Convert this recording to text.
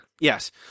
Yes